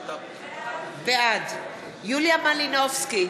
בעד יוליה מלינובסקי,